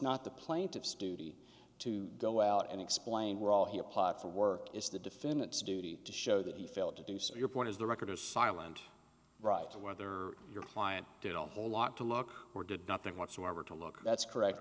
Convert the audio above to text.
not the plaintiff's duty to go out and explain were all he applied for work is the defendant's duty to show that he failed to do so your point is the record is silent right to whether your client don't hold lock to lock or did nothing whatsoever to look that's correct